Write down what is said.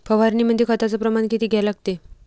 फवारनीमंदी खताचं प्रमान किती घ्या लागते?